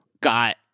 got